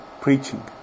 preaching